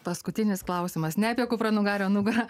paskutinis klausimas ne apie kupranugario nugarą